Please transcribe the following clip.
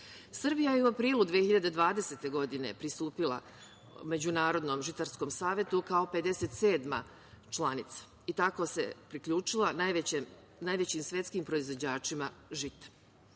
Srbija je u aprilu 2020. godine pristupila Međunarodnom žitarskom Savetu, kao 57. članica i tako se priključila najvećim svetskim proizvođačima žita.